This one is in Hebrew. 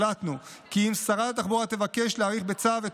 החלטנו כי אם שרת התחבורה תבקש להאריך בצו את